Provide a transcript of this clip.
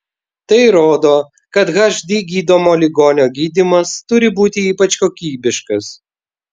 tai rodo kad hd gydomo ligonio gydymas turi būti ypač kokybiškas